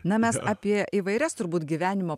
na mes apie įvairias turbūt gyvenimo